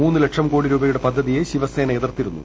മൂന്ന് ലക്ഷം കോടി രൂപയുടെ പദ്ധതിയെ ശിവസേന എതിർത്തിരുന്നു